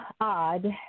odd